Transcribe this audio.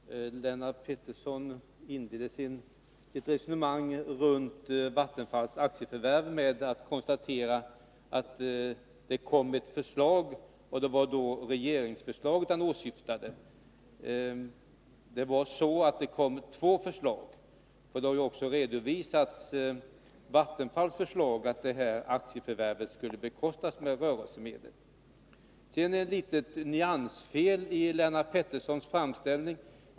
Herr talman! Lennart Pettersson inleder sitt resonemang om Vattenfalls aktieförvärv med att konstatera att det kommit ett förslag, och det var regeringsförslaget som han då åsyftade. Det har dock kommit två förslag, och det har också i Vattenfalls förslag redovisats att aktieförvärvet skulle bekostas med rörelsemedel. Jag vill också ta upp ett litet nyansfel i Lennart Petterssons framställning.